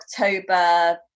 October